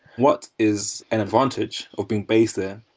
what is an advantage of being based there?